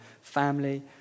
family